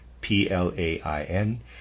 P-L-A-I-N